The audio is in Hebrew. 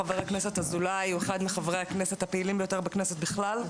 חבר הכנסת אזולאי הוא אחד מחברי הכנסת הפעילים ביותר בכנסת בכלל,